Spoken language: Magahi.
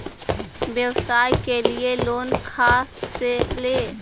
व्यवसाय के लिये लोन खा से ले?